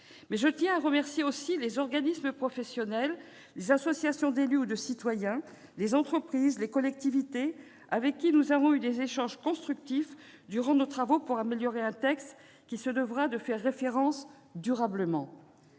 également remercier les organismes professionnels, associations d'élus ou de citoyens, les entreprises, les collectivités avec qui nous avons eu des échanges constructifs durant nos travaux pour améliorer un texte qui se devra de faire référence durablement.